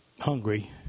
hungry